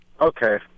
Okay